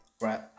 Right